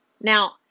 Now